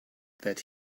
that